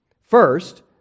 First